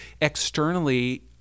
externally